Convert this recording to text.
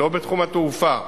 לא בתחום התעופה,